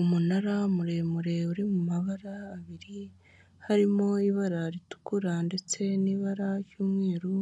Umunara muremure uri mu mabara abiri harimo ibara ritukura ndetse n'ibara ry'umweru,